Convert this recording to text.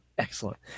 Excellent